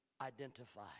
identify